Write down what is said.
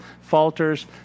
falters